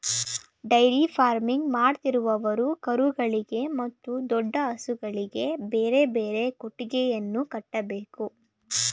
dairy farming ಮಾಡುತ್ತಿರುವವರು ಕರುಗಳಿಗೆ ಮತ್ತು ದೊಡ್ಡ ಹಸುಗಳಿಗೆ ಬೇರೆ ಬೇರೆ ಕೊಟ್ಟಿಗೆಯನ್ನು ಕಟ್ಟಬೇಕು